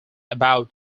about